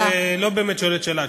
את לא באמת שואלת שאלה,